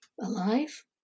alive